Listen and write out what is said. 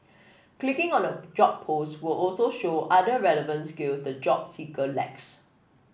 clicking on a job post will also show other relevant skill the job seeker lacks